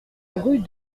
rue